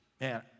man